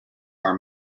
are